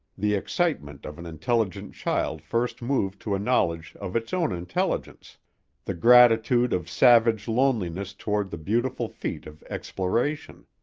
the excitement of an intelligent child first moved to a knowledge of its own intelligence the gratitude of savage loneliness toward the beautiful feet of exploration.